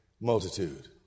multitude